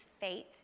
faith